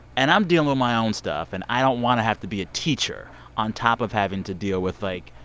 and i'm dealing with my own stuff. and i don't want to have to be a teacher on top of having to deal with, like.